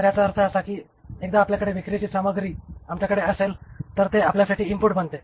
तर याचा अर्थ असा की एकदा आपल्याकडे विक्रीची सामग्री आमच्याकडे असेल तर ते आपल्यासाठी इनपुट बनते